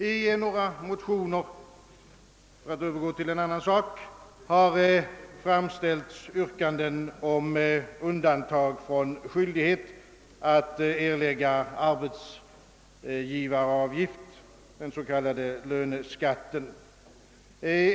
För att sedan övergå till en annan sak har det i några motioner framställts yrkanden om undantag från skyldighet att erlägga arbetsgivaravgift, den s.k. löneskatten.